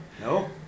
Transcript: No